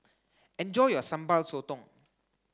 enjoy your Sambal Sotong